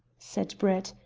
said brett,